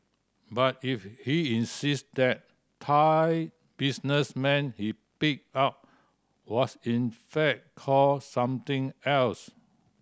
but if he insisted that Thai businessman he picked up was in fact called something else